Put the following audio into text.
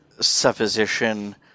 supposition